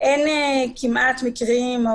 אין כמעט מקרים,